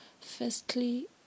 Firstly